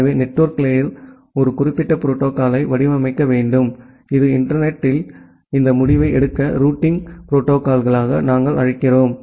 எனவே network layer ஒரு குறிப்பிட்ட புரோட்டோகால்யை வடிவமைக்க வேண்டும் இது இன்டர்நெட் த்தில் இந்த முடிவை எடுக்க ரூட்டிங் புரோட்டோகால்யாக நாங்கள் அழைக்கிறோம்